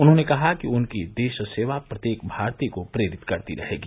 उन्होंने कहा कि उनकी देशसेवा प्रत्येक भारतीय को प्रेरित करती रहेगी